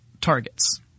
targets